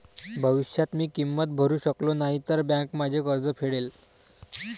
भविष्यात मी किंमत भरू शकलो नाही तर बँक माझे कर्ज फेडेल